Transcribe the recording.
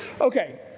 Okay